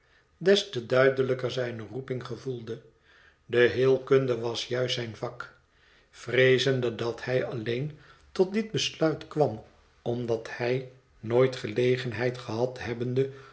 des te duidelijker zijne roeping gevoelde de heelkunde was juist zijn vak vreezende dat hij alleen tot dit besluit kwam omdat hij nooit gelegenheid gehad hebbende